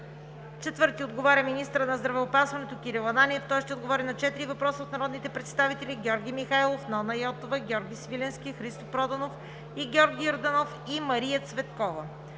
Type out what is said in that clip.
Станилов. 4. Министърът на здравеопазването Кирил Ананиев ще отговори на четири въпроса от народните представители Георги Михайлов; Нона Йотова; Георги Свиленски, Христо Проданов и Георги Йорданов; и Мария Цветкова.